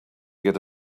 get